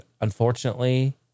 unfortunately